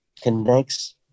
connects